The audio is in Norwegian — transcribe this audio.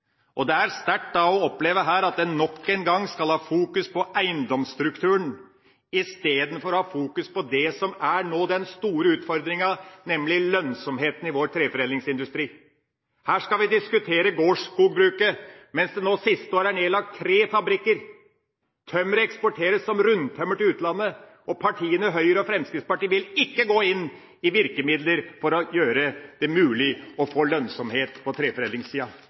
fokus. Det er sterkt å oppleve at man nok en gang skal ha fokus på eiendomsstrukturen, istedenfor å ha fokus på det som nå er den store utfordringa, nemlig lønnsomheten i vår treforedlingsindustri. Her skal vi diskutere gårdsskogbruket, mens det siste år er nedlagt tre fabrikker. Tømmeret eksporteres som rundtømmer til utlandet, og Høyre og Fremskrittspartiet vil ikke gå inn med virkemidler for å gjøre det mulig å få lønnsomhet på